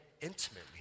intimately